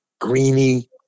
Greeny